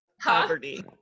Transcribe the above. Poverty